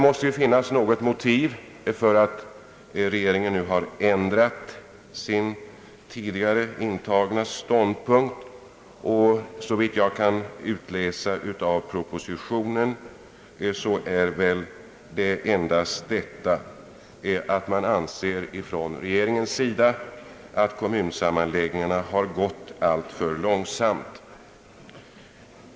Såvitt jag kunnat utläsa av propositionen är motivet till att regeringen nu ändrat sin ståndpunkt endast det att man från regeringens sida anser att kommunsammanläggningarna gått alltför långsamt.